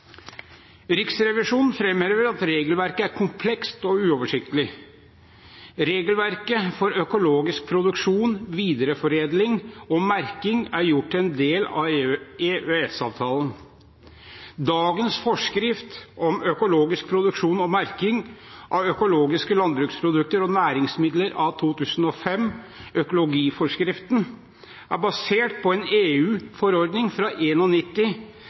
Riksrevisjonen framhever at regelverket er komplekst og uoversiktlig. Regelverket for økologisk produksjon, videreforedling og merking er gjort til en del av EØS-avtalen. Dagens forskrift om økologisk produksjon og merking av økologiske landbruksprodukter og næringsmidler av 2005 – økologiforskriften – er basert på en EU-forordning fra